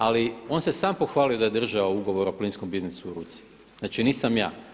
Ali on se samo pohvalio da je državo ugovor o plinskom biznisu u ruci, znači nisam ja.